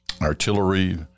artillery